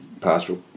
pastoral